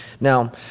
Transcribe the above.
Now